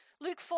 Luke